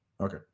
Okay